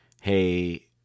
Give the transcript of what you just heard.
hey